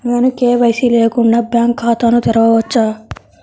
నేను కే.వై.సి లేకుండా బ్యాంక్ ఖాతాను తెరవవచ్చా?